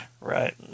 right